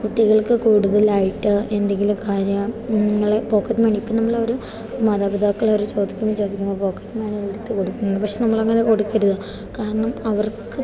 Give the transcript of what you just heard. കുട്ടികൾക്ക് കൂടുതലായിട്ട് എന്തെങ്കിലും കാര്യം പിന്നെ പോക്കറ്റ് മണി ഇപ്പം നമ്മളെ അവർ മാതാപിതാക്കൾ അവർ ചോദിക്കുമ്പോൾ ചോദിക്കുമ്പോൾ പോക്കറ്റ് മണി എടുത്ത് കൊടുക്കുന്നു പക്ഷെ നമ്മളങ്ങനെ കൊടുക്കരുത് കാരണം അവർക്ക്